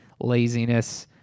laziness